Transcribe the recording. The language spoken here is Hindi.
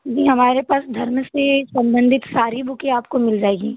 जी हमारे पास धर्म से संबंधित सारी बूकेँ आपको मिल जाएगी